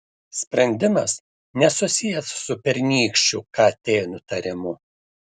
spendimas nesusijęs su pernykščiu kt nutarimu